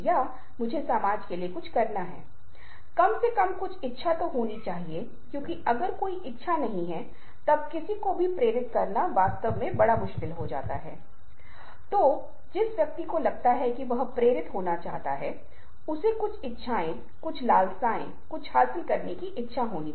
इसलिए यदि आप वास्तव में कुछ अन्य चीजों जैसे कि उपहासस्नीर sneer को देख रहे हैं तो यह संभवतः एक जैविक उत्पत्ति है क्योंकि जैसा कि मैंने आपको पहले बताया था दांतों को प्रभावित करना कुछ ऐसा है जो कई जानवरों में से है जिसमें प्राइमेट और इंसान शामिल हैं